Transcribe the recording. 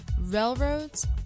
railroads